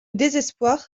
désespoir